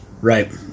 Right